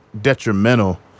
detrimental